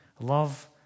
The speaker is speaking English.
Love